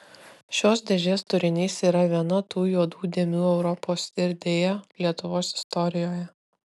šios dėžės turinys yra viena tų juodų dėmių europos ir deja lietuvos istorijoje